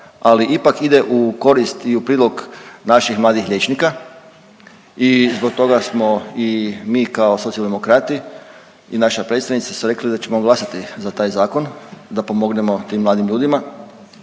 ali ipak ide u korist i u prilog naših mladih liječnika. I zbog toga smo i mi kao Socijaldemokrati i naša predstavnica smo rekli da ćemo glasati za taj zakon da pomognemo tim mladim ljudima,